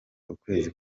ukwezi